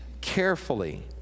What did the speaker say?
carefully